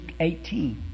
18